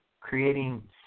creating